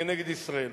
כנגד ישראל.